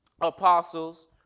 apostles